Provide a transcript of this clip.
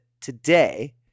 today